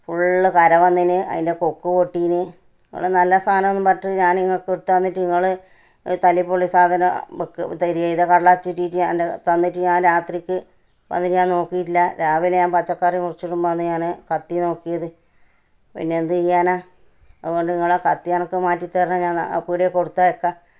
full കരവന്നിന് അതിന്റെ കൊക്ക് പൊട്ടീന് ഇങ്ങൾ നല്ല സാധനമാണ് പറഞ്ഞിട്ട് ഞാൻ ഇങ്ങൾക്ക് എടുത്തുതന്നിട്ട് ഇങ്ങൾ തല്ലിപ്പൊളി സാധനം വെക്ക് തരുക ചെയ്തത് കടലാസ് പൊതിയിൽ തന്നിട്ട് ഞാൻ രാത്രിക്ക് അത് ഞാൻ നോക്കിയിട്ടില്ല രാവിലെ ഞാൻ പച്ചക്കറി മുറിച്ചിടുമ്പോൾ ആന്ന് ഞാന് കത്തി നോക്കിയത് പിന്നെന്ത് ചെയ്യാനാണ് അതുകൊണ്ട് ഇങ്ങൾ ആ കത്തി അനക്ക് മാറ്റി തരണേ ഞാൻ ആ പീടികയിൽ കൊടുത്തേക്കാം